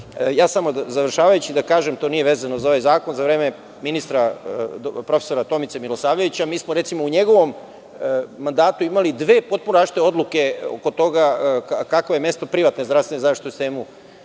uradili. Završavajući da kažem, to nije vezano za ovaj zakon, za vreme ministra prof. Tomice Milosavljevića, mi smo u njegovom mandatu imali dve potpuno različite odluke oko toga kakvo je mesto privatne zdravstvene zaštite u sistemu